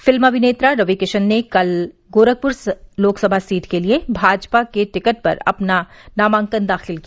film अभिनेता रवि किशन ने कल गोरखपुर लोकसभा सीट के लिये भाजपा के टिकट पर अपना नामांकन दाखिल किया